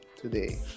today